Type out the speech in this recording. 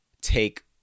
take